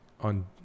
on